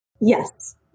Yes